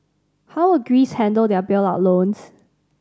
how will Greece handle their bailout loans